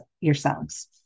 yourselves